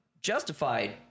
justified